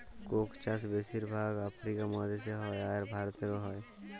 Coke চাষ বেশির ভাগ আফ্রিকা মহাদেশে হ্যয়, আর ভারতেও হ্য়য়